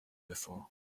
before